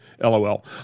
LOL